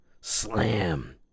Slam